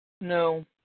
No